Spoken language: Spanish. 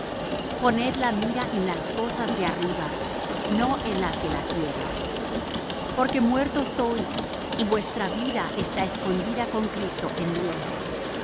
poned la mira en las cosas de arriba no en las de la tierra porque muertos sois y vuestra vida está escondida con cristo en dios